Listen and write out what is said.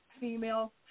female